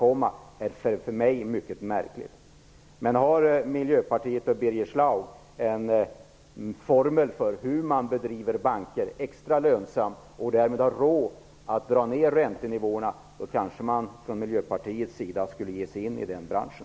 Om Miljöpartiet och Birger Schlaug har en formel för hur man driver banker extra lönsamt och därmed har råd att dra ned räntenivåerna kanske Miljöpartiet borde ge sig in i den branschen.